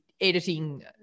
editing